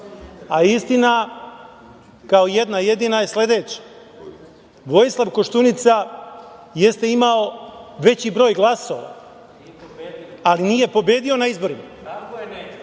a istina, kao jedna jedina je sledeća – Vojislav Koštunica jeste imao veći broj glasova, ali nije pobedio na izborima. Nije pobedio,